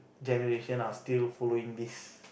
generation are still following this